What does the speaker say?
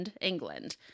England